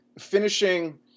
finishing